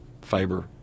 fiber